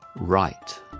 right